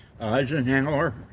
Eisenhower